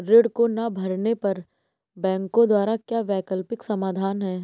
ऋण को ना भरने पर बैंकों द्वारा क्या वैकल्पिक समाधान हैं?